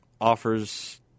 offers